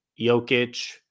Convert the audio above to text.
Jokic